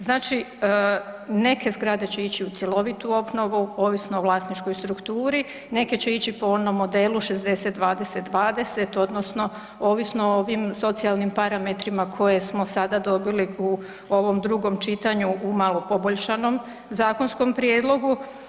Znači neke zgrade će ići u cjelovitu obnovu ovisno o vlasničkoj strukturi, neke će ići po onom modelu 60, 20, 20 odnosno ovisno o ovim socijalnim parametrima koje smo sada dobili u ovom drugom čitanju u malo poboljšanom zakonskom prijedlogu.